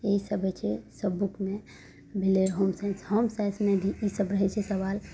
ओही सभेके सब बुकमे भेलय होम साइन्स होमसाइन्समे भी ईसब रहय छै सवाल